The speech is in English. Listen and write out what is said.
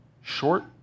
short